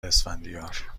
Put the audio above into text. اسفندیار